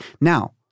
Now